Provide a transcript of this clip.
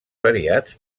variats